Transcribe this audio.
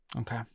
Okay